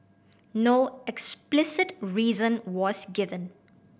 no explicit reason was given